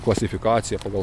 klasifikacija pagal